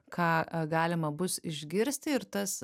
ką galima bus išgirsti ir tas